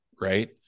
Right